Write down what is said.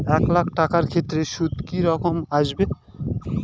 এক লাখ টাকার ক্ষেত্রে সুদ কি রকম আসবে?